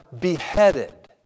beheaded